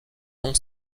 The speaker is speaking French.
non